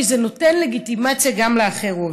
כי זה נותן לגיטימציה גם לאחרות.